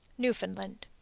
newfoundland.